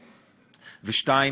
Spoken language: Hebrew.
ו-2.